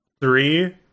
three